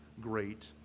great